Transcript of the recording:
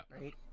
right